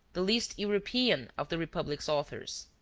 the least european of the republic's authors.